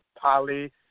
Polly